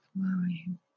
flowing